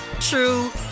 true